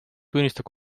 tunnistab